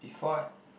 if what